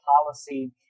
policy